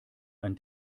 ein